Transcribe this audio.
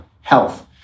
health